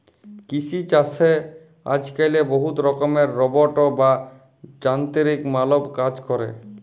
কিসি ছাসে আজক্যালে বহুত রকমের রোবট বা যানতিরিক মালব কাজ ক্যরে